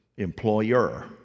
employer